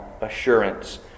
assurance